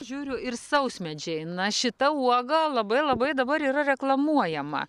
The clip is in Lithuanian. žiūriu ir sausmedžiai na šita uoga labai labai dabar yra reklamuojama